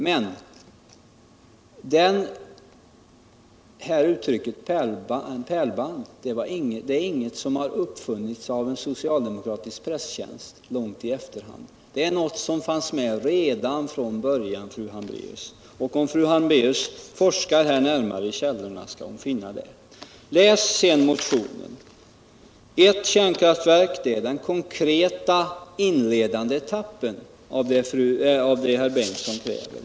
Men uttrycket ”ett pärlband av kärnkraftverk” har inte uppfunnits av soctaldemokratisk presstjänst långt i efterhand. Det fanns med redan från början, fru Hambraeus. Om fru Hambracus forskar närmare i källorna skall hon finna att det är så. Läs sedan motionen! Där framgår klart att ert kärnkraftverk är den konkreta inledande etappen av det Torsten Bengtson kräver.